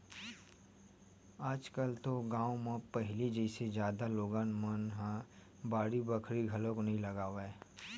आज कल तो गाँव मन म पहिली जइसे जादा लोगन मन ह बाड़ी बखरी घलोक नइ लगावय